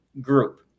group